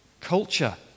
culture